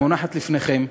המונחת לפניכם,